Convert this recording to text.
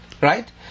right